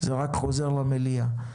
זה רק חוזר למליאה.